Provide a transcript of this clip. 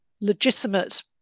legitimate